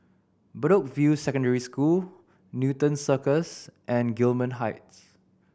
Bedok View Secondary School Newton Cirus and Gillman Heights